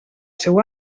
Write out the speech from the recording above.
seu